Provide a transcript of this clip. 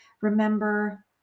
remember